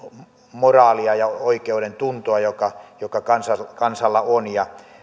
moraalia ja oikeudentuntoa joka joka kansalla kansalla on ja